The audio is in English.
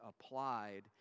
applied